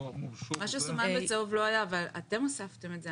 מה שסומן בצהוב לא היה, אבל אתם הוספתם את זה.